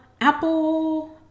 Apple